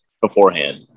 beforehand